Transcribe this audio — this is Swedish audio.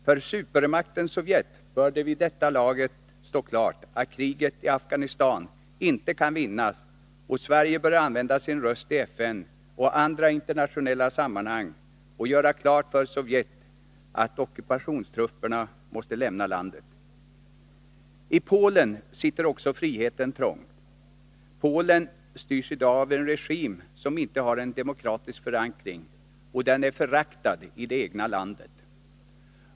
För supermakten Sovjet bör det vid det här laget stå klart att kriget i Afghanistan inte kan vinnas. Sverige bör använda sin röst i FN och andra internationella sammanhang för att göra klart för Sovjet att ockupations trupperna måste lämna landet. I Polen sitter också friheten trångt. Polen styrs i dag av en regim som inte har demokratisk förankring, och den är föraktad i det egna landet.